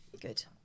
Good